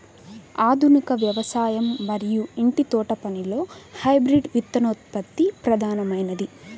ఆధునిక వ్యవసాయం మరియు ఇంటి తోటపనిలో హైబ్రిడ్ విత్తనోత్పత్తి ప్రధానమైనది